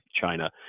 china